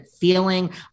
feeling